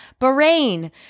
Bahrain